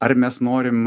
ar mes norim